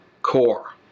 Core